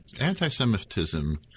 anti-Semitism